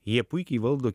jie puikiai valdo